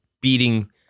beating